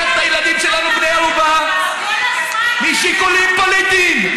לוקח את הילדים שלנו בני ערובה משיקולים פוליטיים.